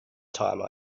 time